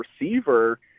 receiver